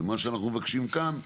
מה שאנחנו מבקשים כאן,